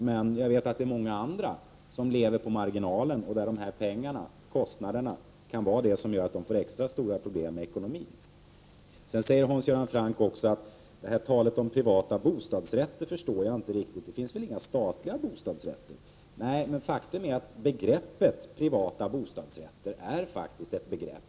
Men jag vet att många lever på marginalen och för dem kan den här kostnaden vara det som gör att de får extra stora problem med ekonomin. Sedan säger Hans Göran Franck att talet om privata bostadsrätter förstår han inte, för det finns väl inga statliga bostadsrätter. Nej, men faktum är att privata bostadsrätter är ett begrepp.